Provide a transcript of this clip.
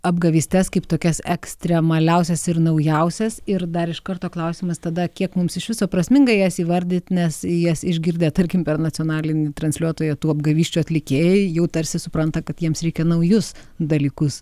apgavystes kaip tokias ekstremaliausias ir naujausias ir dar iš karto klausimas tada kiek mums iš viso prasminga jas įvardyt nes jas išgirdę tarkim per nacionalinį transliuotoją tų apgavysčių atlikėjai jau tarsi supranta kad jiems reikia naujus dalykus